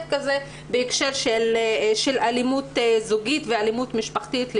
בהקשר של אלימות זוגית ואלימות משפחתית.